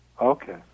Okay